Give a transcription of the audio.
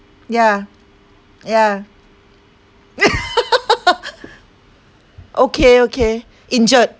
yeah yeah okay okay injured